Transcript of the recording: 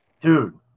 dude